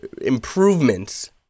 improvements